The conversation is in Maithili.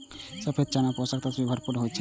सफेद चना पोषक तत्व सं भरपूर होइ छै